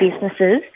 businesses